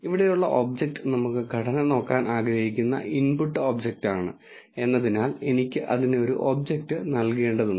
ഇവിടെയുള്ള ഒബ്ജക്റ്റ് നമുക്ക് ഘടന നോക്കാൻ ആഗ്രഹിക്കുന്ന ഇൻപുട്ട് ഒബ്ജക്റ്റാണ് എന്നതിനാൽ എനിക്ക് അതിന് ഒരു ഒബ്ജക്റ്റ് നൽകേണ്ടതുണ്ട്